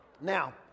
now